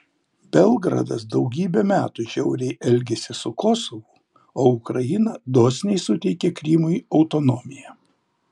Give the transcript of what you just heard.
belgradas daugybę metų žiauriai elgėsi su kosovu o ukraina dosniai suteikė krymui autonomiją